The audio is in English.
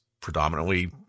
predominantly